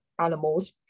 animals